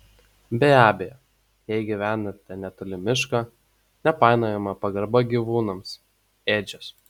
be abejo jei gyvenate netoli miško nepamainoma pagalba gyvūnams ėdžios